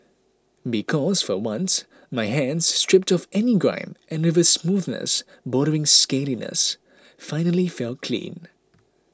because for once my hands stripped of any grime and with a smoothness bordering scaliness finally felt clean